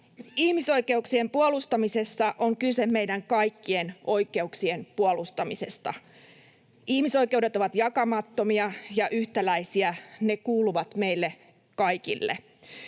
Ihmisoikeuksien puolustamisessa on kyse meidän kaikkien oikeuksien puolustamisesta. Ihmisoikeudet ovat jakamattomia ja yhtäläisiä, ne kuuluvat meille kaikille.